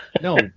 No